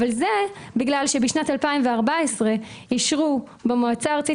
אבל זה בגלל שבשנת 2014 אישרו במועצה הארצית